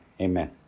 Amen